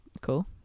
cool